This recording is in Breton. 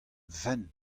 fenn